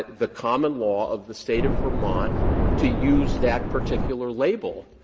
the common law of the state of vermont to use that particular label.